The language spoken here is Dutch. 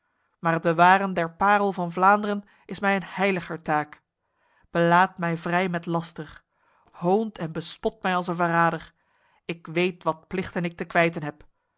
maar het bewaren der parel van vlaanderen is mij een heiliger taak belaadt mij vrij met laster hoont en bespot mij als een verrader ik weet wat plichten ik te kwijten heb